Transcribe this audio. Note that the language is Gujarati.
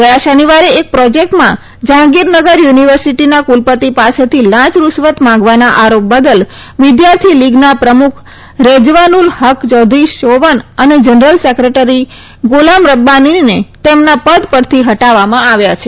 ગયા શનિવારે એક પ્રોજેક્ટમાં જહાંગીરનગર યુનિવર્સિટીના કુલપતિ પાસેથી લાંચ રૂશ્વત માંગવાના આરોપ બદલ વિદ્યાર્થી લીગના પ્રમુખ રેજવાનુલ હક ચૌધરી શોવન અને જનરલ સેક્રેટરી ગોલામ રબ્બાનીને તેમના પદ પરથી હટાવવામાં આવ્યા છે